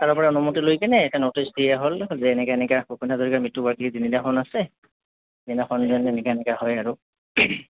ছাৰৰ পৰা অনুমতি লৈ কিনে এটা ন'টিছ দিয়া হ'ল যে এনেকৈ এনেকৈ ভূপেন হাজৰিকাৰ মৃত্যুু বাৰ্ষিকী দিনাখন আছে সেইদিনাখন যোন এনেকৈ এনেকৈ হয় আৰু